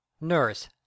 Nurse